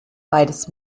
beides